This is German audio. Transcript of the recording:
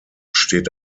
steht